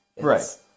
Right